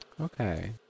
Okay